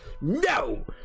no